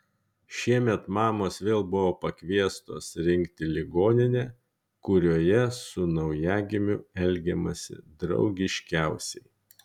šiemet mamos vėl buvo pakviestos rinkti ligoninę kurioje su naujagimiu elgiamasi draugiškiausiai